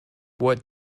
what